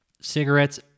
Cigarettes